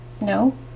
No